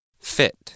Fit